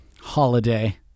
holiday